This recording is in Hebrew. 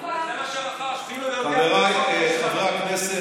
חבריי חברי הכנסת,